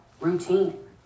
routine